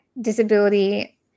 disability